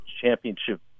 championship